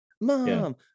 mom